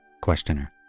Questioner